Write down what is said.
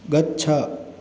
गच्छ